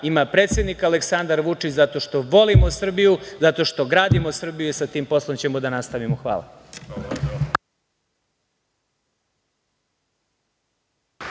ima predsednik Aleksandar Vučić, zato što volimo Srbiju, zato što gradimo Srbiju i sa tim poslom ćemo da nastavimo. Hvala.